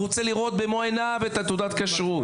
רוצה לראות במו עיניו את תעודת הכשרות.